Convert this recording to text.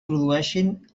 produeixin